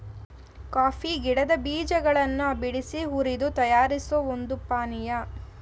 coffee ಗಿಡದ್ ಬೀಜಗಳನ್ ಬಿಡ್ಸಿ ಹುರ್ದು ತಯಾರಿಸೋ ಒಂದ್ ಪಾನಿಯಾ